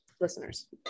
listeners